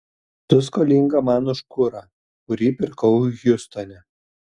tu skolinga man už kurą kurį pirkau hjustone